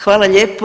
Hvala lijepo.